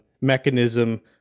mechanism